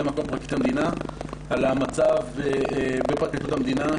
מקום פרקליט המדינה בעניין המצב בפרקליטות המדינה.